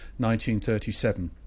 1937